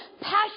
passion